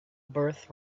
birth